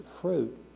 fruit